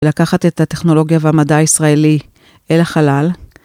לקחת את הטכנולוגיה והמדע הישראלי אל החלל.